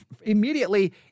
immediately